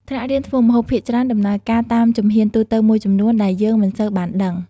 ថ្នាក់រៀនធ្វើម្ហូបភាគច្រើនដំណើរការតាមជំហានទូទៅមួយចំនួនដែលយើងមិនសូវបានដឹង ។